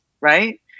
right